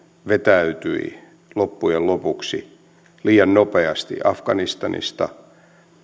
vetäytyi loppujen lopuksi liian nopeasti afganistanista